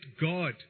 God